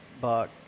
buck